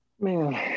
Man